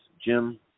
Jim